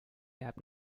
jääb